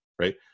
right